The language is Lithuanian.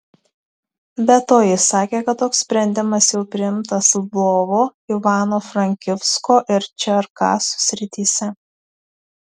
be to jis sakė kad toks sprendimas jau priimtas lvovo ivano frankivsko ir čerkasų srityse